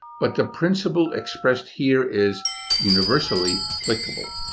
but the principle expressed here is universally applicable.